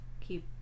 Keep